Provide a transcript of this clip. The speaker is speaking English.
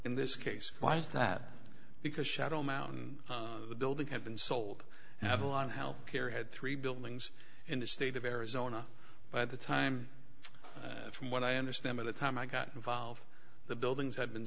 in this case why is that because shadow mountain building had been sold avalon healthcare had three buildings in the state of arizona by the time from what i understand at the time i got involved the buildings had been